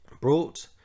brought